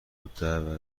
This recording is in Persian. الدعوه